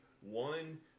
One